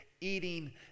eating